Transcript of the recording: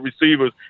receivers